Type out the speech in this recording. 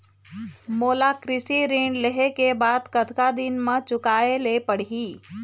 मोला कृषि ऋण लेहे के बाद कतका दिन मा चुकाए ले पड़ही?